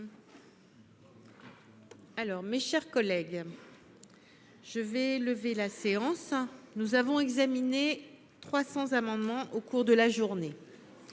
Alors, mes chers collègues. Je vais lever la séance. Nous avons examiné 300 amendements au cours de la journée.